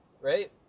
Right